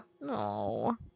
No